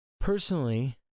Personally